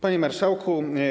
Panie Marszałku!